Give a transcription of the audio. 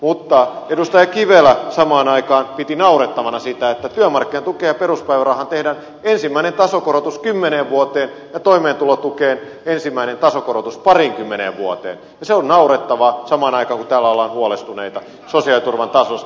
mutta edustaja kivelä samaan aikaan piti naurettavana sitä että työmarkkinatukeen ja peruspäivärahaan tehdään ensimmäinen tasokorotus kymmeneen vuoteen ja toimeentulotukeen ensimmäinen tasokorotus pariinkymmeneen vuoteen ja se on naurettavaa samaan aikaan kun täällä ollaan huolestuneita sosiaaliturvan tasosta